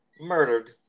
Murdered